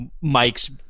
Mike's